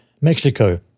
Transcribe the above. Mexico